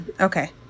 Okay